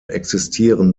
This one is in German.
existieren